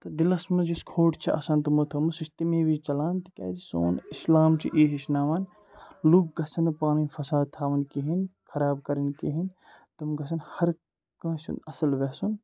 تہٕ دِلَس منٛز یُس کھوٹ چھِ آسان تِمو تھٲمٕژ سُہ چھُ تَمے ویٖزِ ژَلان تِکیٛازِ سون اِسلام چھُ یی ہیٚچھناوان لُکھ گژھَن نہٕ پانہٕ ؤنۍ فَساد تھاوُن کِہیٖنۍ خراب کَرٕنۍ کِہیٖنۍ تِم گَژھَن ہر کٲنٛسہِ ہُنٛد اَصٕل یَژھُن